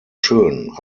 schön